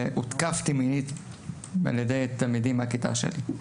שהותקפתי מינית על ידי תלמידים מהכיתה שלי.